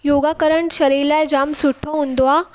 योगा करणु शरीर लाइ जामु सुठो हूंदो आहे